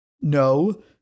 no